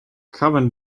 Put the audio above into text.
carbon